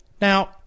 Now